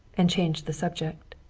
and changed the subject.